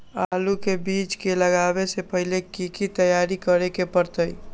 आलू के बीज के लगाबे से पहिले की की तैयारी करे के परतई?